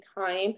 time